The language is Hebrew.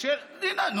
של דינה זילבר.